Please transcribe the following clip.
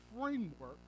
framework